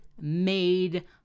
made